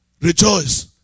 rejoice